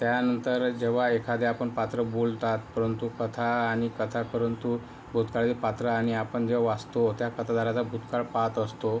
त्यानंतर जेव्हा एखादे आपण पात्र बोलतात परंतु कथा आणि कथा परंतु भूतकाळी पात्र आणि आपण जे वाचतो त्या कथादाराचा भूतकाळ पाहात असतो